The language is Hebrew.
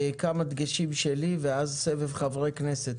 כמה דגשים שלי, ואז סבב חברי כנסת.